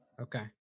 Okay